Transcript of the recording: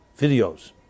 videos